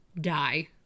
die